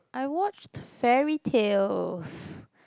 I watched fairytales